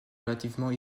relativement